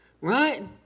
right